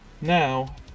Now